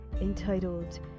entitled